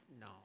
No